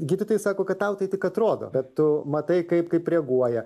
gydytojai sako kad tau tai tik atrodo bet tu matai kaip kaip reaguoja